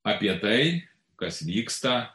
apie tai kas vyksta